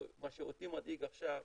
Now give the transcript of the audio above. מה שאותי מדאיג עכשיו,